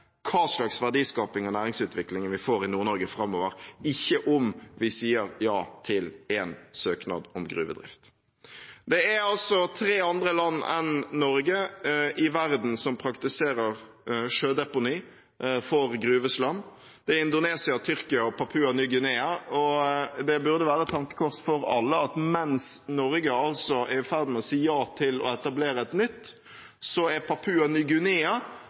hva slags verdiskaping og næringsutvikling vi får i Nord-Norge framover – ikke om vi sier ja til én søknad om gruvedrift. Det er tre andre land enn Norge i verden som praktiserer sjødeponi for gruveslam: Det er Indonesia, Tyrkia og Papua Ny-Guinea. Det burde være et tankekors for alle at mens Norge er i ferd med å si ja til å etablere et nytt, er Papua